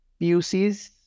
pucs